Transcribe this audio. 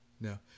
No